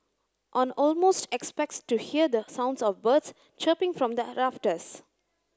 on almost expects to hear the sounds of birds chirping from the rafters